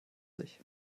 sich